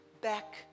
back